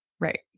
Right